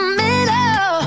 middle